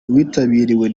witabiriwe